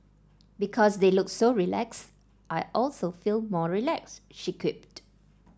because they look so relaxed I also feel more relaxed she quipped